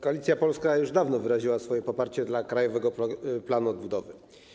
Koalicja Polska już dawno wyraziła swoje poparcie dla Krajowego Planu Odbudowy.